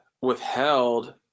withheld